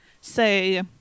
say